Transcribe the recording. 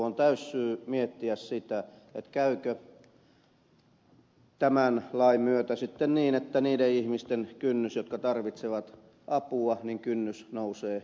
on täysi syy miettiä sitä käykö tämän lain myötä sitten niin että niiden ihmisten kynnys jotka tarvitsevat apua hakea sitä nousee entisestään